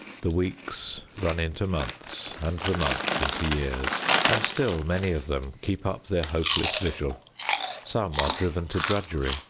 the weeks run into months and the months into years, and still many of them keep up their hopeless vigil some are driven to drudgery,